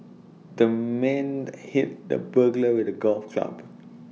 the man hit the burglar with A golf club